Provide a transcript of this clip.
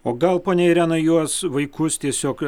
o gal ponia irena juos vaikus tiesiog